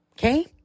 Okay